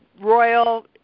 royal